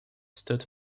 stood